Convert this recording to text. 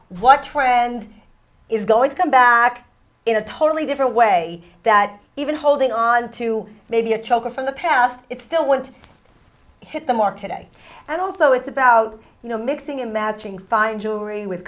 what trend is going to come back in a totally different way that even holding on to maybe a choker from the past it's still want hit the mark today and also it's about you know mixing and matching fine jewelry with